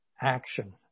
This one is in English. action